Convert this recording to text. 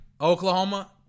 Oklahoma